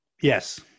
yes